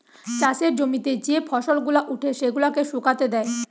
চাষের জমিতে যে ফসল গুলা উঠে সেগুলাকে শুকাতে দেয়